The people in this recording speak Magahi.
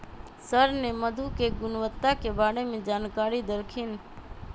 सर ने मधु के गुणवत्ता के बारे में जानकारी देल खिन